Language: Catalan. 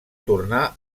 tornar